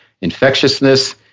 infectiousness